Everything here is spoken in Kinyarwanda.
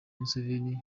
musenyeri